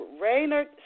Raynard